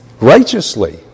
righteously